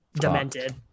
demented